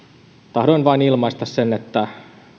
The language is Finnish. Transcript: tahdoin vain ilmaista sen että